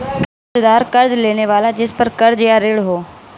कर्ज़दार कर्ज़ लेने वाला जिसपर कर्ज़ या ऋण हो